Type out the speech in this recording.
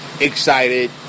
excited